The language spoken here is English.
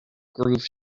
groove